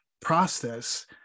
process